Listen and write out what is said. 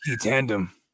tandem